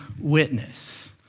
witness